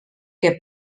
que